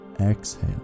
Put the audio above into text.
exhale